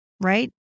right